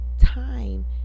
Time